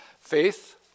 Faith